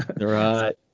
right